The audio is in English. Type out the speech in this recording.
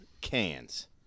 cans